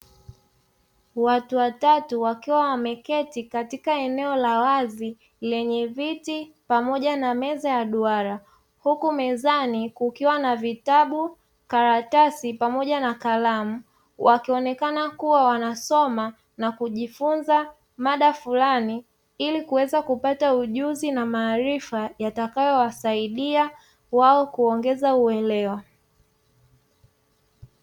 Watu watatu wakiwa wameketi katika eneo la wazi lenye viti pamoja na meza ya duara huku mezani kukiwa na vitabu, karatasi pamoja na kalamu. Wakionekana kuwa wanasoma na kujifunza mada fulani ili kuweza kupata ujuzi na maarifa yatakayowasaidia wao kuongeza uelewa.